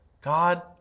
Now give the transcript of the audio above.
God